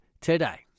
today